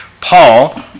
Paul